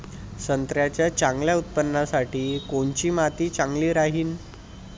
संत्र्याच्या चांगल्या उत्पन्नासाठी कोनची माती चांगली राहिनं?